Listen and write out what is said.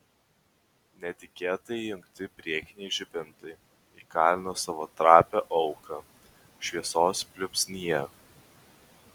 netikėtai įjungti priekiniai žibintai įkalino savo trapią auką šviesos pliūpsnyje